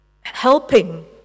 helping